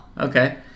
Okay